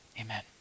Amen